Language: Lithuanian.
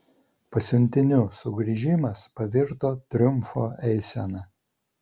pasiuntinių sugrįžimas pavirto triumfo eisena